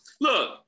look